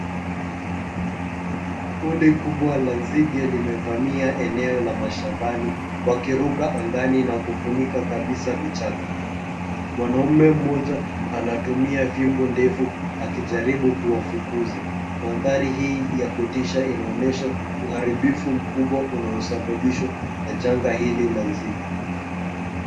Kundi kubwa la nzige limevamia eneo la mashambani wakiruka angani na kufunika kabisa vichaka. Mwanaume mmoja anatumia fimbo ndefu akijaribu kuwafukuza. Mandari hii yakutisha inoonyesha uharibifu mkubwa unaosababishwa na janga hili la nzige.